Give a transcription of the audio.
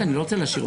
הוועדה.